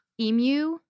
emu